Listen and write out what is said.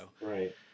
right